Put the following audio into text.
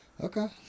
Okay